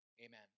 amen